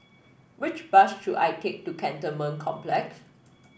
which bus should I take to Cantonment Complex